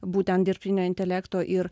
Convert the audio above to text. būtent dirbtinio intelekto ir